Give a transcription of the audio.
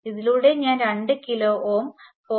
ഇതിലൂടെ ഞാൻ 2 kilo ohm 0